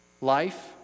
life